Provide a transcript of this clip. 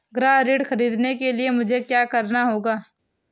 गृह ऋण ख़रीदने के लिए मुझे क्या करना होगा?